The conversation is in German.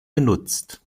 genutzt